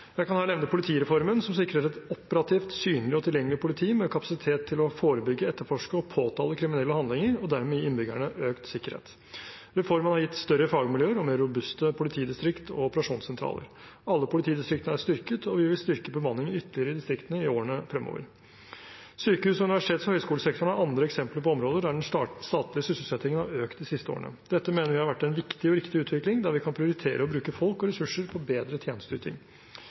Jeg kan her nevne politireformen, som sikrer et operativt, synlig og tilgjengelig politi med kapasitet til å forebygge, etterforske og påtale kriminelle handlinger, og dermed gi innbyggerne økt sikkerhet. Reformen har gitt større fagmiljøer og mer robuste politidistrikter og operasjonssentraler. Alle politidistriktene er styrket, og vi vil styrke bemanningen ytterligere i distriktene i årene fremover. Sykehus-, universitets- og høyskolesektoren er andre eksempler på områder der den statlige sysselsettingen har økt de siste årene. Dette mener vi har vært en viktig og riktig utvikling, der vi kan prioritere å bruke folk og ressurser på bedre tjenesteyting.